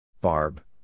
Barb